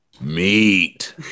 Meet